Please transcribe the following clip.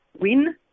win